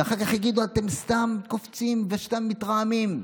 ואחר כך יגידו: אתם סתם קופצים וסתם מתרעמים.